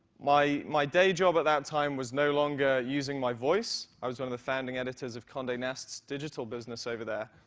my my day job at that time was no longer using my voice. i was one of the founding editors of conde nast's digital business over there.